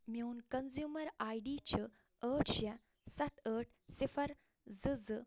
میٛون consumer I D چھُ ٲٹھ شےٚ سَتھ ٲٹھ صِفر زٕ زٕ